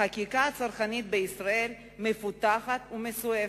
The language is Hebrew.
החקיקה הצרכנית בישראל מפותחת ומסועפת.